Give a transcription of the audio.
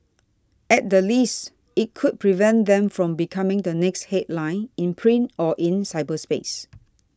at the least it could prevent them from becoming the next headline in print or in cyberspace